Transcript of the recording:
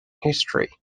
history